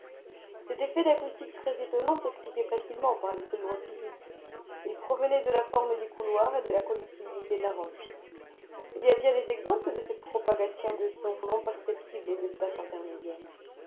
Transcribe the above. cet effet d'acoustique très étonnant s'expliquait facilement par les seules lois physiques il provenait de la forme du couloir et de la conductibilité de la roche il y a bien des exemples de cette propagation de sons non perceptibles aux espaces intermédiaires